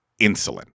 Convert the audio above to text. insulin